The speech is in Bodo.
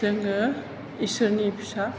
जोङो इसोरनि फिसा